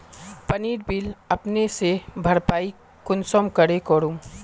पानीर बिल अपने से भरपाई कुंसम करे करूम?